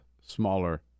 smaller